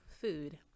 food